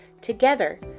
Together